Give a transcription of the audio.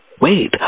Wait